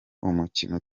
umukino